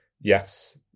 Yes